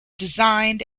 designed